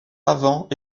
avant